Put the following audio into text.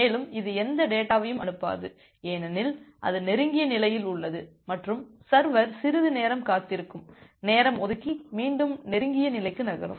மேலும் இது எந்த டேட்டாவையும் அனுப்பாது ஏனெனில் அது நெருங்கிய நிலையில் உள்ளது மற்றும் சர்வர் சிறிது நேரம் காத்திருக்கும் நேரம் ஒதுக்கி மீண்டும் நெருங்கிய நிலைக்கு நகரும்